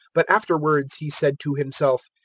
but afterwards he said to himself,